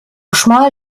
schmal